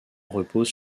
repose